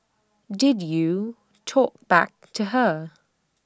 did you talk back to her